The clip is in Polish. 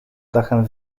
dachem